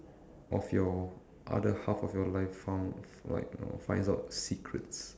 of your other half of your life found like you know finds out secrets